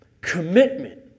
Commitment